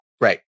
Right